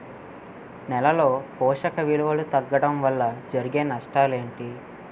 నేలలో పోషక విలువలు తగ్గడం వల్ల జరిగే నష్టాలేంటి?